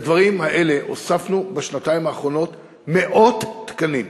לדברים האלה הוספנו בשנתיים האחרונות מאות תקנים,